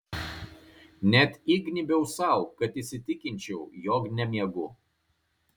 net įgnybiau sau kad įsitikinčiau jog nemiegu